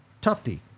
Tufty